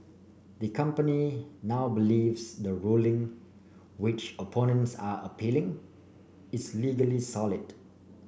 the company now believes the ruling which opponents are appealing is legally solid